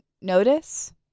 notice